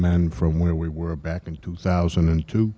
men from where we were back in two thousand and two